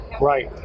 right